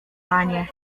panie